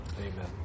amen